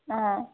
অঁ